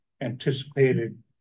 anticipated